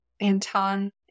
Anton